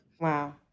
Wow